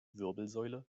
wirbelsäule